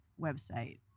website